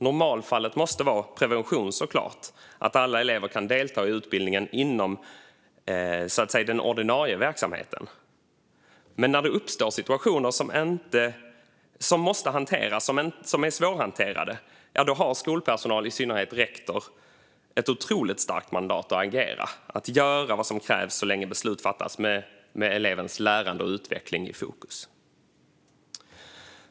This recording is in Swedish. Normalfallet måste såklart vara prevention, att alla elever kan delta i utbildningen inom den ordinarie verksamheten, men när det uppstår situationer som är svårhanterade har skolpersonal, i synnerhet rektor, ett otroligt starkt mandat att agera, att göra vad som krävs så länge beslut fattas med elevens lärande och utveckling i fokus.